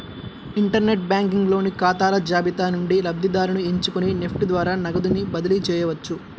inter net banking లోని ఖాతాల జాబితా నుండి లబ్ధిదారుని ఎంచుకొని నెఫ్ట్ ద్వారా నగదుని బదిలీ చేయవచ్చు